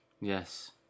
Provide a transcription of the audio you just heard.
yes